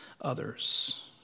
others